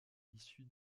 issus